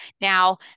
Now